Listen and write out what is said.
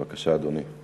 בבקשה, אדוני.